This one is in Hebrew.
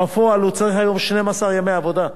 בפועל הוא צריך היום 12 ימי עבודה.